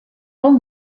pel